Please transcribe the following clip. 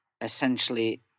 essentially